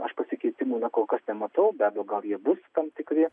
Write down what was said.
aš pasikeitimų na kol kas nematau be abejo gal jie bus tam tikri